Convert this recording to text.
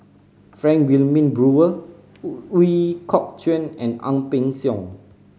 Frank Wilmin Brewer Ooi Kok Chuen and Ang Peng Siong